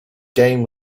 game